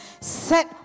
Set